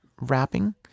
wrapping